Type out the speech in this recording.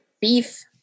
Beef